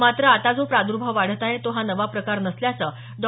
मात्र आता जो प्रादुर्भाव वाढत आहे तो हा नवा प्रकार नसल्याचं डॉ